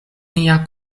nia